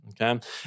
okay